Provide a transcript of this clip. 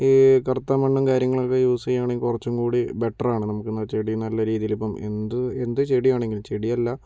ഈ കറുത്ത മണ്ണും കാര്യങ്ങളൊക്കെ യൂസ് ചെയ്യുവാണേൽ കുറച്ചും കൂടി ബെറ്ററാണ് നമുക്ക് ചെടി നല്ല രീതിയിൽ ഇപ്പോൾ എന്തു ചെടിയാണെങ്കിലും ചെടിയല്ല